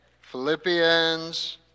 Philippians